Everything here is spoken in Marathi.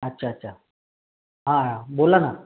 अच्छा अच्छा हा बोला ना